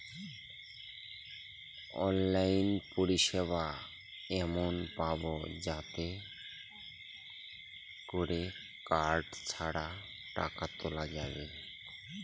online পরিষেবা এমন পাবো যাতে করে কার্ড ছাড়া টাকা তোলা যাবে